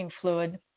fluid